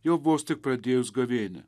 jau vos tik pradėjus gavėnią